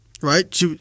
right